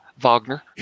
Wagner